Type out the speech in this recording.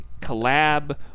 collab